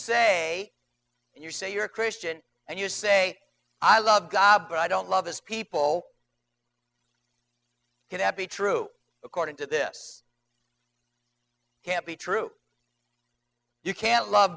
say you say you're a christian and you say i love god but i don't love his people could that be true according to this can't be true you can't love